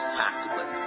tactically